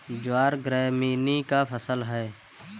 ज्वार ग्रैमीनी का फसल है